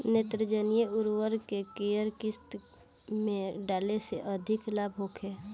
नेत्रजनीय उर्वरक के केय किस्त में डाले से अधिक लाभ होखे?